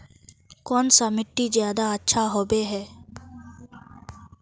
कौन सा मिट्टी ज्यादा अच्छा होबे है?